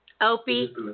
Opie